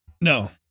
No